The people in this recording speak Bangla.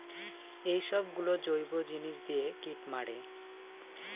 এইসব গুলো জৈব জিনিস দিয়ে কীট মারে